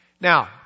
Now